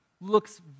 looks